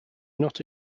not